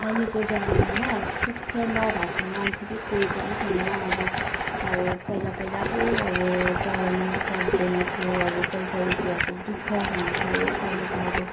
अहिलेको जमानामा शिक्षा नभएको मान्छे चाहिँ कोही पनि छैन अब अब पहिला पहिला पो अब पढाउनु सक्दैनथ्यो अब पैसा रुपियाँको दुःख हुन्थ्यो अहिले त अब